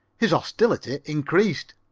his hostility increased.